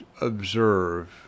observe